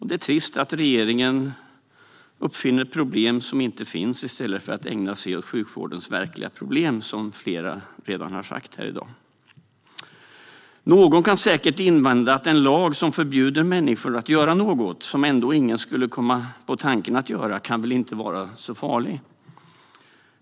Det är trist att regeringen uppfinner problem som inte finns i stället för att ägna sig åt sjukvårdens verkliga problem, vilket flera redan har sagt här i dag. Någon kan säkert invända att en lag som förbjuder människor att göra något som ingen ändå skulle komma på tanken att göra väl inte kan vara så farlig.